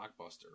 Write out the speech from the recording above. blockbuster